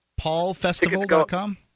paulfestival.com